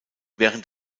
während